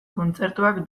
kontzertuak